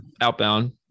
outbound